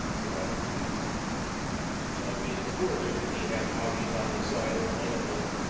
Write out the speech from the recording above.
providing food that's how he made his fortune. and he had hobbies on the side, and one of them,